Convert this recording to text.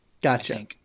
Gotcha